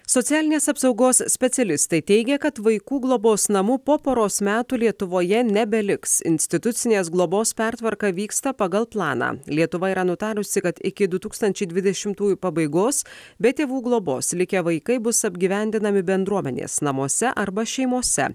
socialinės apsaugos specialistai teigia kad vaikų globos namų po poros metų lietuvoje nebeliks institucinės globos pertvarka vyksta pagal planą lietuva yra nutarusi kad iki du tūkstančiai dvidešimtųjų pabaigos be tėvų globos likę vaikai bus apgyvendinami bendruomenės namuose arba šeimose